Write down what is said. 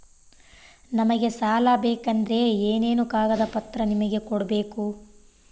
ನಮಗೆ ಸಾಲ ಬೇಕಂದ್ರೆ ಏನೇನು ಕಾಗದ ಪತ್ರ ನಿಮಗೆ ಕೊಡ್ಬೇಕು?